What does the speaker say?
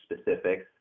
specifics